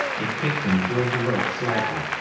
it kicked him toward the rope slightly,